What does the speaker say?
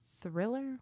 thriller